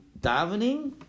davening